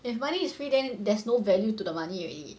if money is free then there's no value to the money already